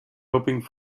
hoping